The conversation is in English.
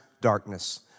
darkness